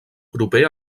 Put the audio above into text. proper